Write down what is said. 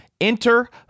Enter